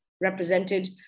represented